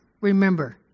Remember